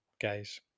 guys